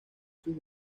sus